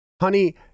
Honey